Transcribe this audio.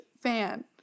fan